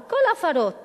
על כל ההפרות